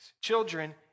Children